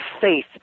faith